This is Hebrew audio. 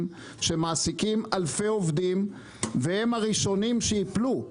שמעסיקים אלפי עובדים והם הראשונים שיפלו.